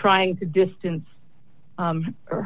trying to distance